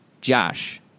Josh